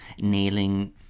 nailing